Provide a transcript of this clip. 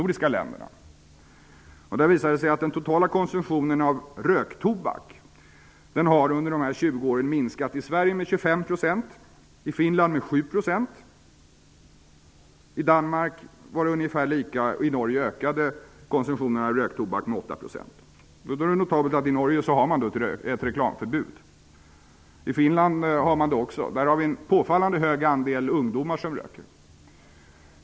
Det visade sig att den totala konsumtionen av röktobak under de här 20 åren har minskat, i Sverige med 25 %, i Finland med 7 %, i Danmark var den ungefär lika och i Det är notabelt att man i Norge har ett reklamförbud. I Finland har man det också. Där har vi en påfallande hög andel ungdomar som röker.